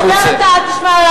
תדבר אתה, אל תשמע,